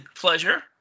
pleasure